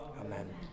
Amen